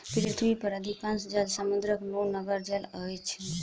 पृथ्वी पर अधिकांश जल समुद्रक नोनगर जल अछि